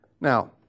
Now